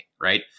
right